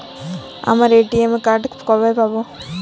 আমার ATM card কবে পাব?